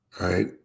Right